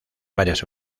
varias